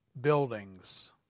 buildings